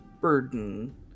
burden